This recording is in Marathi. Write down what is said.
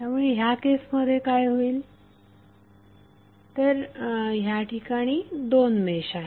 त्यामुळे ह्या केसमध्ये काय होईल तर याठिकाणी दोन मेश आहेत